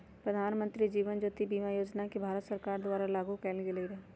प्रधानमंत्री जीवन ज्योति बीमा योजना के भारत सरकार द्वारा लागू कएल गेलई र